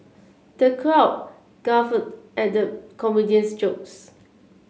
the crowd guffawed at the comedian's jokes